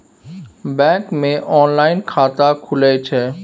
Bank मे online खाता खुले छै?